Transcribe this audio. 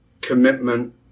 commitment